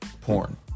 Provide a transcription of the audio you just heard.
porn